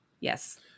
yes